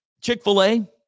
Chick-fil-A